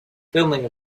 filming